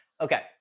okay